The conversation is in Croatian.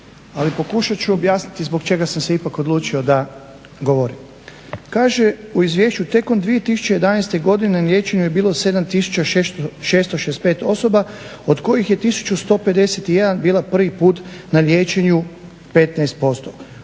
Ali, pokušat ću objasniti zbog čega sam se ipak odlučio da govorim. Kaže u izvješću tijekom 2011. godine na liječenju je bilo 7665 osoba, od kojih je 1151 bila prvi put na liječenju, 15%.